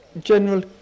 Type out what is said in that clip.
general